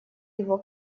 его